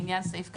לעניין סעיף (א).